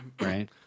right